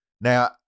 now